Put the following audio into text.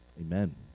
Amen